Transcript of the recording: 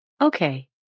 Okay